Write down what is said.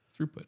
Throughput